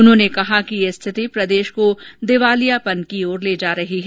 उन्होंने कहा कि यह स्थिति प्रदेश को दिवालियापन की ओर ले जा रही है